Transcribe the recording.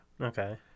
Okay